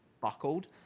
buckled